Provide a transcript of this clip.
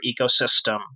ecosystem